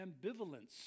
ambivalence